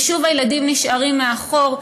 ושוב הילדים נשארים מאחור.